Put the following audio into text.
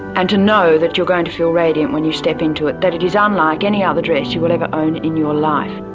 and to know that you're going to feel radiant when you step into it, that it is unlike um like any other dress you will ever own in your life.